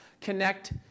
connect